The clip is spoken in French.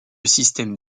système